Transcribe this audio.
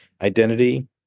identity